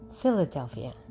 Philadelphia